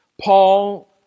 Paul